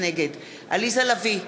נגד עליזה לביא,